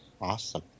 Awesome